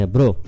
Bro